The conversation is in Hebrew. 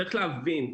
צריך להבין: